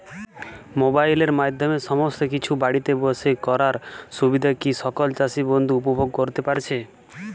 মোবাইলের মাধ্যমে সমস্ত কিছু বাড়িতে বসে করার সুবিধা কি সকল চাষী বন্ধু উপভোগ করতে পারছে?